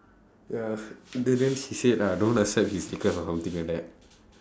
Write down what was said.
ya then then she said uh don't accept his request or something like that